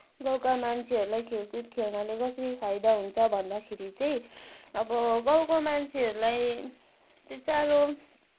गाउँका मान्छेहरूलाई खेलकुद खेल्नाले कसरी फाइदा हुन्छ भन्दाखेरि चाहिँ अब गाउँको मान्छेहरूलाई त्यति साह्रो